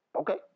Okay